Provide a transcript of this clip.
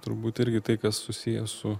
turbūt irgi tai kas susiję su